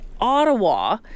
Ottawa